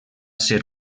ser